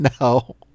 No